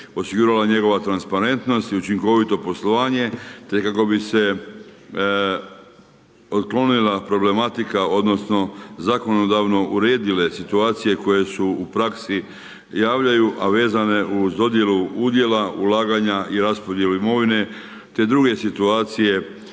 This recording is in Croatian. osigurala njegova transparentnost i učinkovito poslovanje, te kako bi se otklonila problematika odnosno zakonodavno uredile situacije koje su u praksi javljaju, a vezane uz dodjelu udjela, ulaganja i raspodjeli imovine, te druge situacije